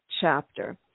chapter